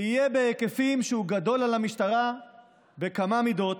יהיה בהיקף שגדול על המשטרה בכמה מידות.